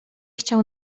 chciał